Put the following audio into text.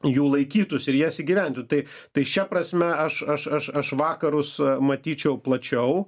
jų laikytųsi ir jas įgyvendintų tai tai šia prasme aš aš aš aš vakarus matyčiau plačiau